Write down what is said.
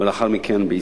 ולאחר מכן בישראל.